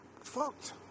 fucked